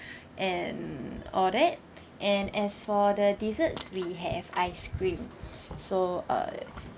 and all that and as for the desserts we have ice cream so uh